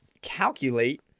calculate